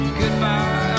goodbye